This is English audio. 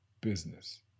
business